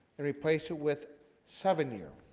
replace it with seven year